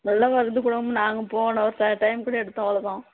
நல்லா வருது கூட நாங்கள் போன ஒரு ட டைம் கூட எடுத்தோம் அவ்வளோதான்